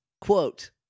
quote